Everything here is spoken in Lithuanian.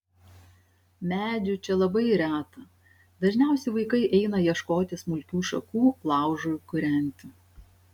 medžių čia labai reta dažniausiai vaikai eina ieškoti smulkių šakų laužui kūrenti